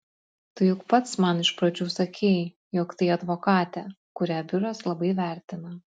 tu juk pats man iš pradžių sakei jog tai advokatė kurią biuras labai vertina